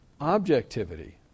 Objectivity